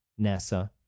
NASA